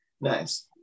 Nice